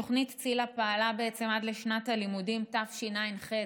תוכנית ציל"ה פעלה עד לשנת הלימודים תשע"ח,